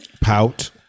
Pout